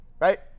right